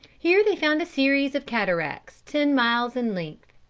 here they found a series of cataracts ten miles in length.